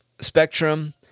spectrum